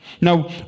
Now